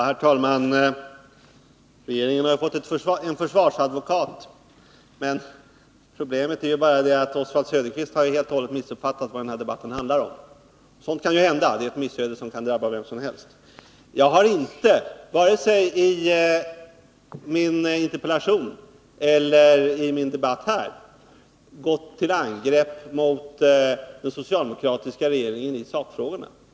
Herr talman! Regeringen har fått en försvarsadvokat i Oswald Söderqvist. Problemet är bara att han helt och hållet missuppfattat vad den här debatten handlar om. Sådant kan ju hända — det är ett missöde som kan drabba vem som helst. Jag har inte, varken i min interpellation eller här i kammaren, gått till angrepp mot den socialdemokratiska regeringen i sakfrågorna.